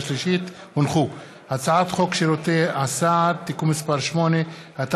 46. הצעת החוק לא עברה ויורדת מסדר-יומה של